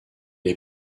est